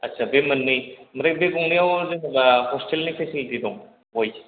आदसा बे मोननै आमफ्राय बे गंनैयाव जेनोबा हस्टेलनि पेसिलिटि दं उइट